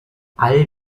all